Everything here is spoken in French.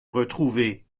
retrouver